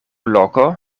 loko